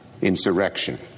insurrection